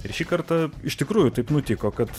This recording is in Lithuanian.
ir šį kartą iš tikrųjų taip nutiko kad